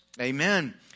Amen